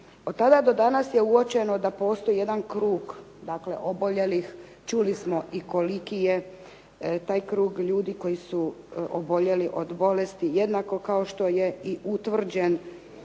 Od tada do danas je uočeno da postoji jedan krug dakle oboljelih, čuli smo i koliki je taj krug ljudi koji su oboljeli od bolesti jednako kao što je i utvrđen